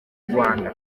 rwanda